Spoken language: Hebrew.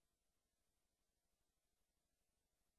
אני